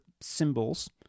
symbols